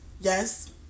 Yes